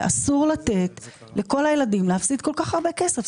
ואסור לתת לכל הילדים להפסיד כל כך הרבה כסף.